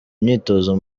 imyitozo